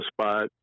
spot